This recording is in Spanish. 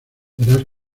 verás